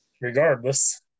regardless